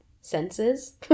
senses